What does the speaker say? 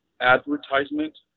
advertisement